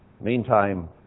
Meantime